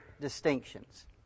distinctions